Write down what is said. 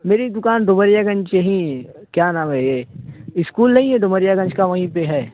میری دکان ڈومریا گنج پہ ہی کیا نام ہے یہ اسکول نہیں ہے ڈومریا گنج کا وہیں پہ ہے